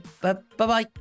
bye-bye